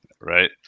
Right